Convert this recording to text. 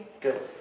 Good